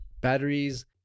batteries